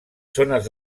zones